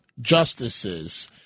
justices